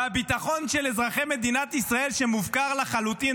הביטחון של אזרחי מדינת ישראל שמופקר לחלוטין,